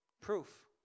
Proof